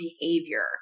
behavior